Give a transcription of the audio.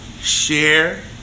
share